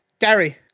Gary